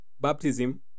baptism